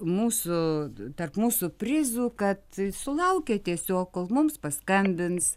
mūsų tarp mūsų prizų kad sulaukė tiesiog kol mums paskambins